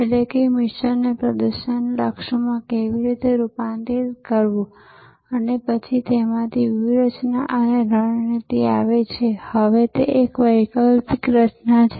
જો કે એવું વિચારશો નહીં કે ઉત્તમ અત્યંત સક્ષમ સેવા નેટવર્કને આ વિશાળ ઈન્ફ્રાસ્ટ્રક્ચર ઉચ્ચ તકનીકની જમાવટ અને તેથી વધુની આવશ્યકતા છે